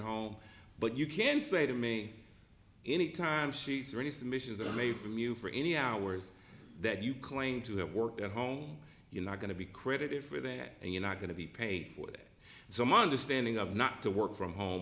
home but you can say to me any time sheets or any submissions that are made from you for any hours that you claim to have worked at home you're not going to be credited for that and you're not going to be paid for it so monday standing up not to work from home